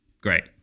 great